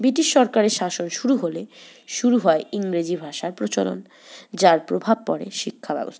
British সরকারের শাসন শুরু হলে শুরু হয় ইংরেজি ভাষার প্রচলন যার প্রভাব পড়ে শিক্ষা ব্যবস্থায়